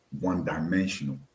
one-dimensional